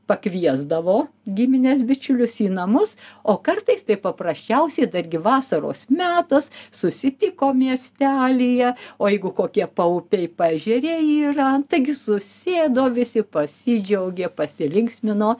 pakviesdavo gimines bičiulius į namus o kartais tai paprasčiausiai dargi vasaros metas susitiko miestelyje o jeigu kokie paupiai paežerė yra taigi susėdo visi pasidžiaugė pasilinksmino